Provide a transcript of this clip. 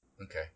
Okay